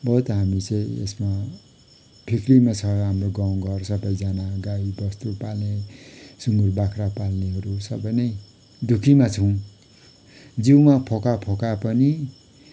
बहुत हामी चाहिँ यसमा फिक्रीमा छ हाम्रो गाउँ घर सबैजना गाई बस्तु पाल्ने सुँगुर बाख्रा पाल्नेहरू सबै नै दुःखीमा छौँ जिउमा फोका फोका पनि